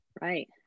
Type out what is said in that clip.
Right